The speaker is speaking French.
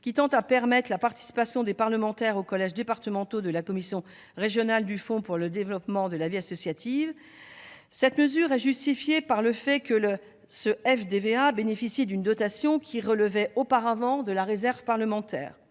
qui tend à permettre la participation des parlementaires aux collèges départementaux de la commission régionale du fonds pour le développement de la vie associative. Cette mesure est justifiée par le fait que ce FDVA bénéficie d'une dotation qui relevait auparavant de la réserve parlementaire